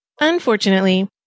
Unfortunately